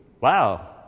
wow